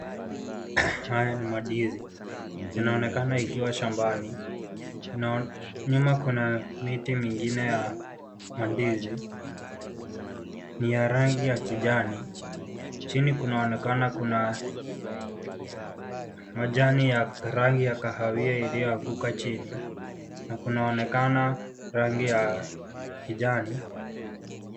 Haya ni mandizi, yanaonekana ikiwa shambani. Nyuma kuna miti mingine ya mandizi. Ni ya rangi ya kijani. Chini kunaonekana kuna majani ya rangi ya kahawia iliyoanguka chini na kunaonekana rangi ya kijani.